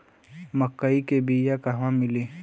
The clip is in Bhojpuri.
मक्कई के बिया क़हवा मिली?